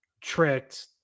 tricked